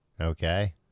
Okay